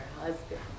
husband